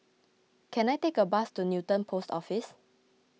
can I take a bus to Newton Post Office